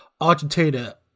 Argentina